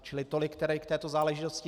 Čili tolik tedy k této záležitosti.